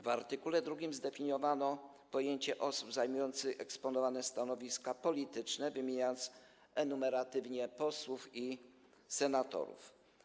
W art. 2 zdefiniowano pojęcie osób zajmujących eksponowane stanowiska polityczne, wymieniając enumeratywnie posłów i senatorów.